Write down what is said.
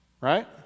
Right